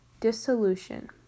dissolution